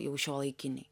jau šiuolaikiniai